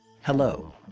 Hello